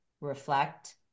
reflect